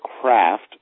craft